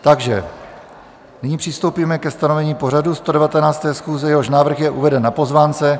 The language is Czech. Takže nyní přistoupíme ke stanovení pořadu 119. schůze, jehož návrh je uveden na pozvánce.